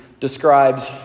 describes